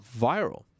viral